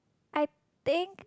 I think